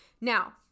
Now